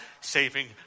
saving